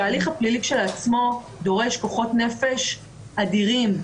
שההליך הפלילי כשלעצמו דורש כוחות נפש אדירים.